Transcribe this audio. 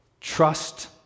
Trust